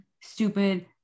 stupid